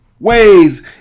Ways